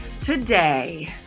Today